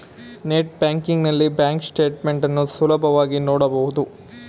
net banking ನಲ್ಲಿ bank statement ಅನ್ನು ಸುಲಭವಾಗಿ ನೋಡಬಹುದು